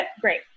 Great